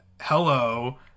Hello